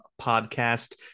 podcast